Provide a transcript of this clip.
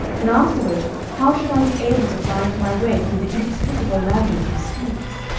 and afterward how should i be able to find my way through the inextricable labyrinth of streets?